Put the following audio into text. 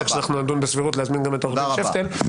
כשנדון בסבירות להזמין גם את עורך דין שפטל.